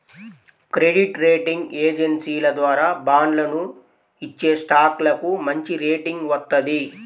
credit rating ఏజెన్సీల ద్వారా బాండ్లను ఇచ్చేస్టాక్లకు మంచిరేటింగ్ వత్తది